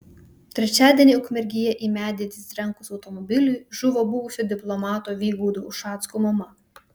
trečiadienį ukmergėje į medį atsitrenkus automobiliui žuvo buvusio diplomato vygaudo ušacko mama